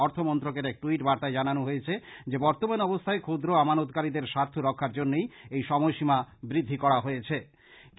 অর্থমন্ত্রকের এক ট্যুইট বার্তায় জানানো হয়েছে যে বর্তমান অবস্থ্যায় ক্ষুদ্র আমানতকারীদের স্বার্থ রক্ষার জন্যই এই সময়সীমা বৃদ্ধি করা হয়েছে